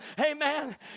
Amen